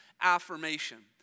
affirmation